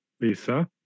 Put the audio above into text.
Lisa